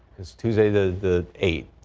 it's tuesday, the eighth.